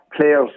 players